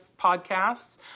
podcasts